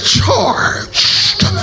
charged